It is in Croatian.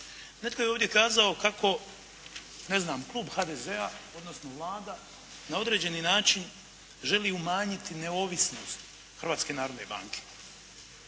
Netko je ovdje kazao kako ne znam klub HDZ-a odnosno Vlada na određeni način želi umanjiti neovisnost Hrvatske narodne banke.